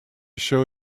show